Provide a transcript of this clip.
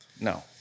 No